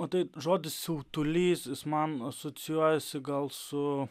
o tai žodis siautulys jis man asocijuojasi gal su